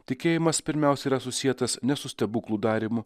tikėjimas pirmiausia yra susietas ne su stebuklų darymu